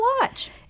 watch